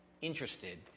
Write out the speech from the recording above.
interested